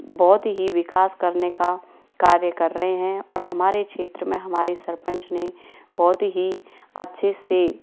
बहुत ही विकास करने का कार्य कर रहे हैं और हमारे क्षेत्र में हमारे सरपंच ने बहुत ही अच्छे से